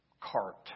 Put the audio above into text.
cart